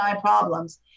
problems